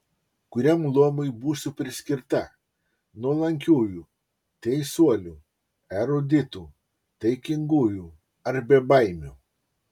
kuriam luomui būsiu priskirta nuolankiųjų teisuolių eruditų taikingųjų ar bebaimių